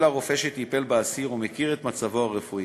אלא רופא שטיפל באסיר ומכיר את מצבו הרפואי.